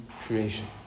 creation